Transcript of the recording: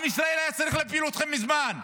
עם ישראל היה צריך להפיל אתכם מזמן,